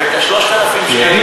ואת ה-3,000,